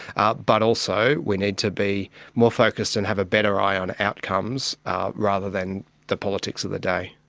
ah but also we need to be more focused and have a better eye on outcomes rather than the politics of the day.